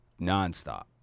nonstop